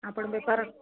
ଆପଣ ବେପାର